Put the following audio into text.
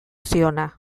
ziona